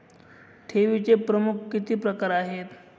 ठेवीचे प्रमुख किती प्रकार आहेत?